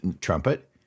trumpet